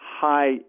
high